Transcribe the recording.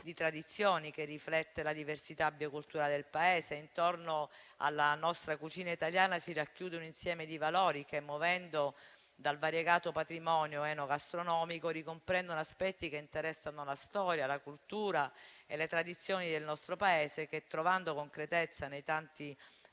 di tradizioni che riflette la diversità bioculturale del Paese. Intorno alla nostra cucina italiana si racchiude un insieme di valori che, muovendo dal variegato patrimonio enogastronomico, ricomprende aspetti che interessano la storia, la cultura e le tradizioni del nostro Paese che, trovando concretezza nei tanti